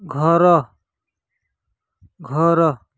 ଘର ଘର